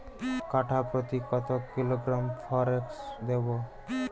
কাঠাপ্রতি কত কিলোগ্রাম ফরেক্স দেবো?